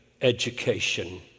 education